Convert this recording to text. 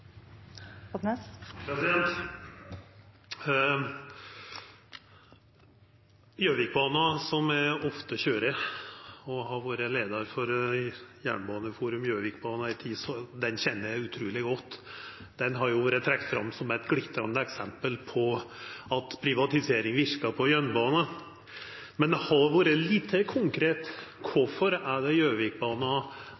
som eg ofte køyrer – og eg har vore leiar for Jernbaneforum Gjøvikbanen i ei tid, så eg kjenner han utruleg godt – har vore trekt fram som eit glitrande eksempel på at privatisering verkar på jernbana. Men det har vore lite konkret